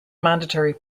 mandatory